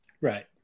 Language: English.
right